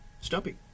Stumpy